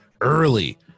early